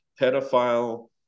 pedophile